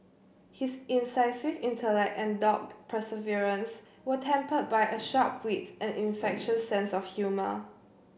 his incisive intellect and dogged perseverance were tempered by a sharp wit and infectious sense of humour